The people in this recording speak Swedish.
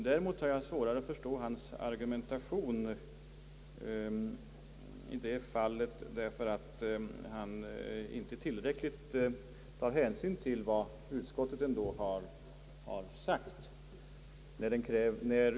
Däremot har jag svårare att förstå hans argumentation mot vad utskottet har sagt.